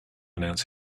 announce